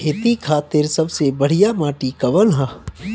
खेती खातिर सबसे बढ़िया माटी कवन ह?